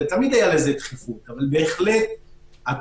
תמיד הייתה לזה דחיפות אבל בהחלט הקורונה